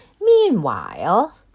Meanwhile